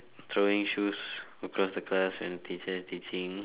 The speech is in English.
throwing shoes across the class when the teacher is teaching